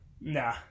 Nah